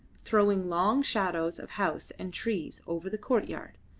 throwing long shadows of house and trees over the courtyard,